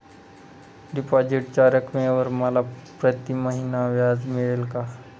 डिपॉझिटच्या रकमेवर मला प्रतिमहिना व्याज मिळेल का?